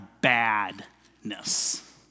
badness